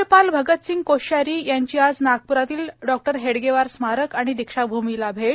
राज्यपाल भगतसिंग कोश्यारी यांची आज डॉ हेडगेवार स्मारक आणि दीक्षाभूमीला भेट